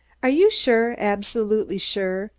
are you sure, absolutely sure,